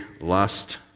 lust